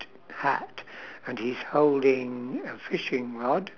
hat and he's holding a fishing rod